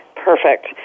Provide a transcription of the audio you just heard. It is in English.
Perfect